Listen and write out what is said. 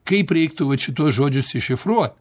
kaip reiktų vat šituos žodžius iššifruot